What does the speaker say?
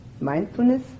Mindfulness